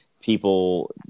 people